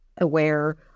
aware